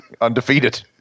Undefeated